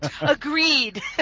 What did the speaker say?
agreed